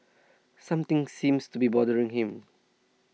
something seems to be bothering him